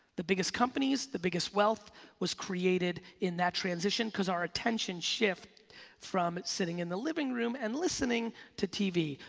the biggest companies, the biggest wealth was created in that transition because our attention shift from sitting in the living room and listening to tv.